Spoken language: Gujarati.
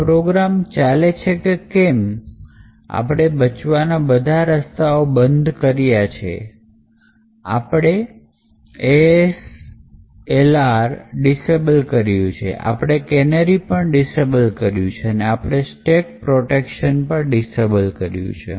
આ પ્રોગ્રામ ચાલે છે કેમકે આપણે બધા જ બચવાના રસ્તાઓ બંધ કર્યા છે આપણે ASLR ડિસેબલ કર્યું છે આપણે કેનેરિ ડિસેબલ કર્યું છે અને આપણે સ્ટેક પ્રોટેક્શન પણ ડિસેબલ કર્યું છે